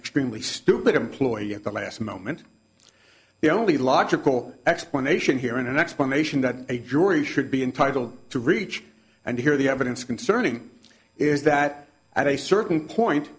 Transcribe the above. extremely stupid employee at the last moment the only logical explanation here in an explanation that a jury should be entitled to reach and hear the evidence concerning is that at a certain point